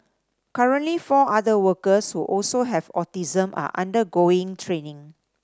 currently four other workers who also have autism are undergoing training